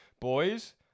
Boys